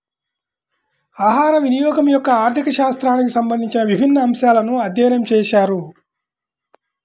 ఆహారవినియోగం యొక్క ఆర్థిక శాస్త్రానికి సంబంధించిన విభిన్న అంశాలను అధ్యయనం చేశారు